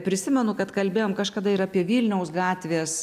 prisimenu kad kalbėjom kažkada ir apie vilniaus gatvės